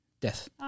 Death